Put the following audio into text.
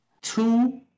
Two